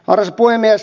arvoisa puhemies